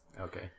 Okay